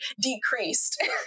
decreased